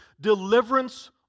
deliverance